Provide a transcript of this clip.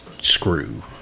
screw